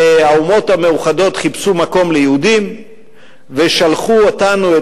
והאומות המאוחדות חיפשו מקום ליהודים ושלחו אותנו,